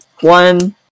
one